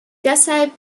deshalb